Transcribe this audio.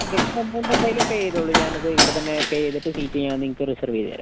അതെ ഇന്ന് തന്നെ എന്തായാലും പേ ചെയ്തോളൂ ഞാൻ അത് ഇപ്പം തന്നെ പേ ചെയ്തിട്ട് സീറ്റ് ഞാൻ നിങ്ങൾക്ക് റിസർവ് ചെയ്തുതരാം